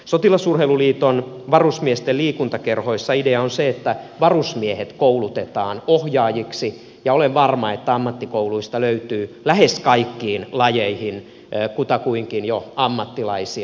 sotilasurheiluliiton varusmiesten liikuntakerhoissa idea on se että varusmiehet koulutetaan ohjaajiksi ja olen varma että ammattikouluista löytyy lähes kaikkiin lajeihin kutakuinkin jo ammattilaisia